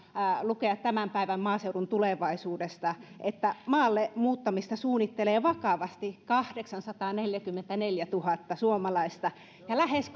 lukea tämän päivän maaseudun tulevaisuudesta että maalle muuttamista suunnittelee vakavasti kahdeksansataaneljäkymmentäneljätuhatta suomalaista ja lähes